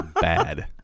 bad